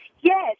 Yes